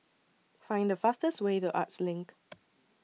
Find The fastest Way to Arts LINK